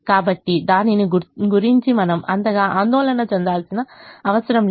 కాబట్టి దాని గురించి మనం అంతగా ఆందోళన చెందాల్సిన అవసరం లేదు